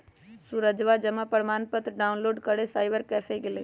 सूरजवा जमा प्रमाण पत्र डाउनलोड करे साइबर कैफे गैलय